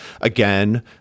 again